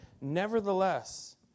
Nevertheless